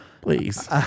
Please